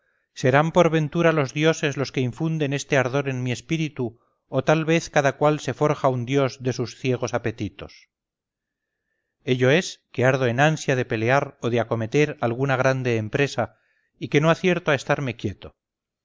serán por ventura los dioses los que infunden este ardor en mi espíritu o tal vez cada cual se forja un dios de sus ciegos apetitos ello es que ardo en ansia de pelear o de acometer alguna grande empresa y que no acierto a estarme quieto